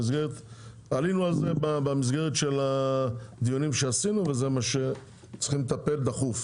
עלינו על זה במסגרת הדיונים שעשינו וזה מה שצריכים לטפל דחוף,